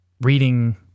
reading